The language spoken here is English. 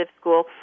school